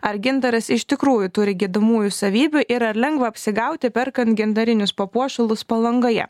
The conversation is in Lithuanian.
ar gintaras iš tikrųjų turi gydomųjų savybių ir ar lengva apsigauti perkant gintarinius papuošalus palangoje